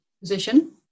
position